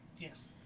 Yes